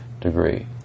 degree